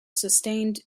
sustained